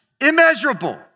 immeasurable